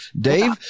Dave